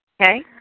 Okay